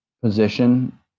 position